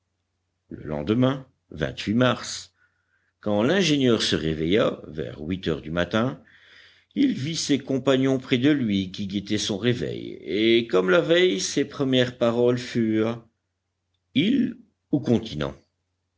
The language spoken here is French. le lendemain mars quand l'ingénieur se réveilla vers huit heures du matin il vit ses compagnons près de lui qui guettaient son réveil et comme la veille ses premières paroles furent île ou continent